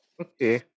Okay